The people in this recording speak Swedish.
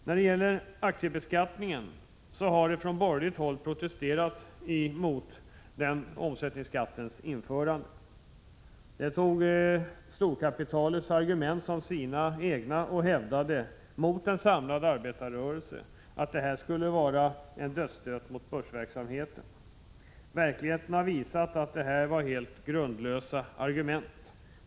När det gäller aktiebeskattningen har det från borgerligt håll protesterats mot omsättningsskattens införande. Man tog storkapitalets argument som sina egna och hävdade, mot en samlad arbetarrörelse, att detta skulle vara en dödsstöt mot börsverksamheten. Verkligheten har visat att detta var helt grundlösa argument.